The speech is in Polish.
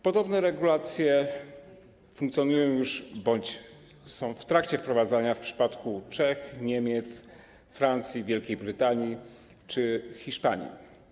Podobne regulacje funkcjonują już bądź są w trakcie wprowadzania w Czechach, Niemczech, we Francji, w Wielkiej Brytanii czy Hiszpanii.